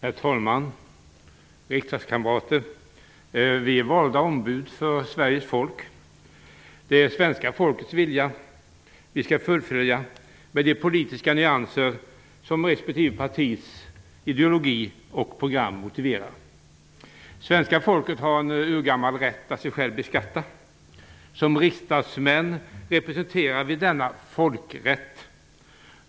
Herr talman! Riksdagskamrater! Vi är valda ombud för Sveriges folk. Det är svenska folkets vilja vi skall företräda, med de politiska nyanser som respektive partis ideologi och program motiverar. Svenska folket har en urgammal rätt att sig självt beskatta. Som riksdagsledamöter representerar vi denna folkets rätt.